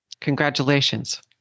Congratulations